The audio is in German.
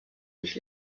sich